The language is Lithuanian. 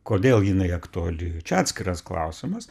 kodėl jinai aktuali čia atskiras klausimas